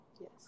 Yes